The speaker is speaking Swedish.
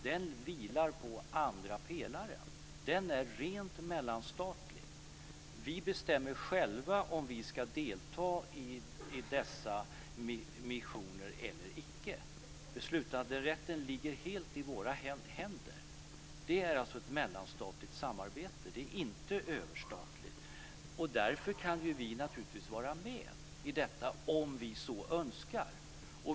Det vilar på andra pelaren och är rent mellanstatligt. Vi bestämmer själva om vi ska delta i dessa missioner eller icke. Beslutanderätten ligger helt i våra händer. Det är alltså ett mellanstatligt samarbete. Det är inte överstatligt. Därför kan vi naturligtvis vara med i detta, om vi så önskar.